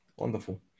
Wonderful